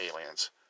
aliens